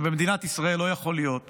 במדינת ישראל לא יכול להיות